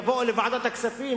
יבואו לוועדת הכספים,